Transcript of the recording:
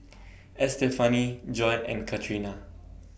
Estefany Joi and Catrina